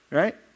right